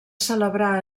celebrar